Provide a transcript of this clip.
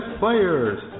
players